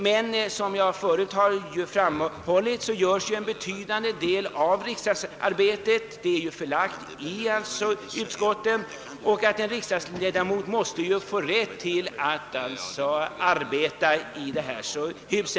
Men som jag förut framhållit är riksdagsarbetet till betydande del förlagt till utskotten, och en riksdagsledamot måste ju ges tillfälle att arbeta i detta hus.